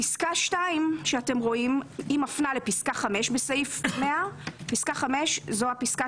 פסקה (2) מפנה לפסקה (5) בסעיף 100. פסקה (5) זאת הפסקה